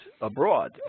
abroad